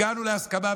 הגענו להסכמה,